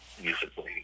musically